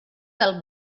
del